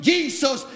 Jesus